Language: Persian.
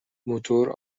موتور